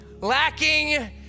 lacking